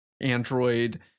Android